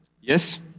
Yes